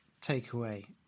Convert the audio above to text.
takeaway